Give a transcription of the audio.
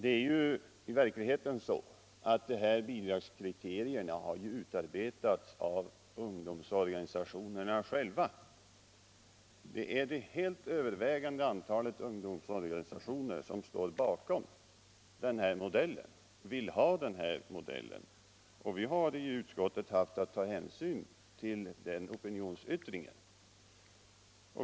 I själva verket har ju bidragskriterierna utarbetats av ungdomsorganisationerna själva. Det är det helt övervägande antalet ungdomsorganisationer som vill ha den här modellen. Vi har i utskottet haft att ta hänsyn till den opinionsyttringen.